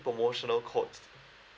promotional code